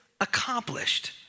accomplished